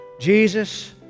Jesus